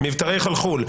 מבתרי חלחול,